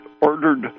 ordered